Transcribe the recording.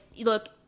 look